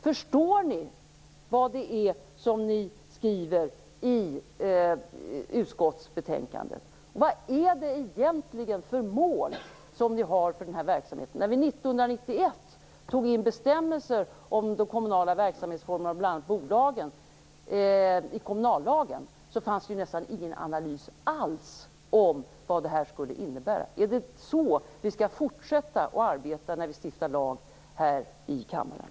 Förstår ni vad ni skriver i utskottsbetänkandet? Vad har ni egentligen för mål med verksamheten? År 1991 infördes bestämmelser om de kommunala verksamhetsformerna, bl.a. bolagen, i kommunallagen. Då fanns det nästan ingen analys alls av vad detta skulle innebära. Är det så som vi skall fortsätta att arbeta när vi stiftar lag här i kammaren?